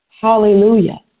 Hallelujah